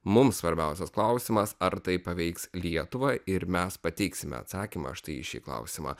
mums svarbiausias klausimas ar tai paveiks lietuvą ir mes pateiksime atsakymą štai į šį klausimą